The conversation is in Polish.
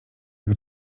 jak